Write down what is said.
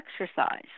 exercise